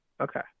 Okay